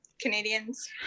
Canadians